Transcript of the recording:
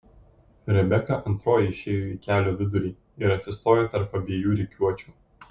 rebeka antroji išėjo į kelio vidurį ir atsistojo tarp abiejų rikiuočių